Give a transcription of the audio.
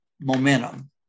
momentum